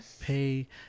pay